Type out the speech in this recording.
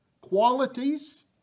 qualities